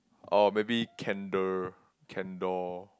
or maybe Kendall Kendoll